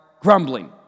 grumbling